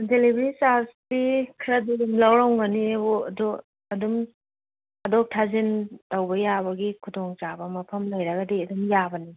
delivery ꯆꯥꯔꯖꯇꯤ ꯈꯔ ꯑꯗꯨꯝ ꯂꯧꯔꯝꯒꯅꯤꯕꯣ ꯑꯗꯣ ꯑꯗꯨꯝ ꯊꯥꯗꯣꯛ ꯊꯥꯖꯤꯟ ꯇꯧꯕ ꯌꯥꯕꯒꯤ ꯈꯨꯗꯣꯡ ꯆꯥꯕ ꯃꯐꯝ ꯂꯩꯔꯒꯗꯤ ꯑꯗꯨꯝ ꯌꯥꯕꯅꯦ